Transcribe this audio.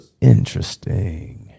Interesting